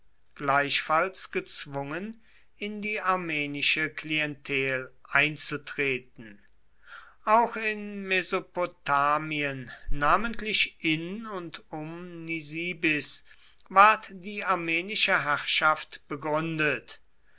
gleichfalls gezwungen in die armenische klientel einzutreten auch in mesopotamien namentlich in und um nisibis ward die armenische herrschaft